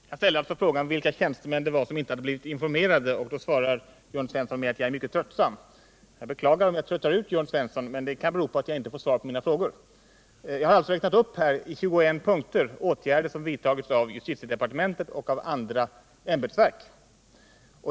Herr talman! Jag ställde frågan vilka tjänstemän det var som inte hade blivit informerade. Då svarar Jörn Svensson med att säga att jag är tröttsam. Jag beklagar om jag tröttar ut Jörn Svensson, men det kan bero på att jag inte får svar på mina frågor. Jag har i 21 punkter räknat upp åtgärder som vidtagits av justitiedepartementet och ämbetsverk.